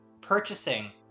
purchasing